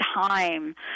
time